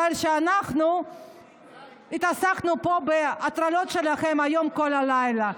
בגלל שאנחנו התעסקנו פה בהטרלות שלכם היום כל הלילה,